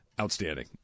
Outstanding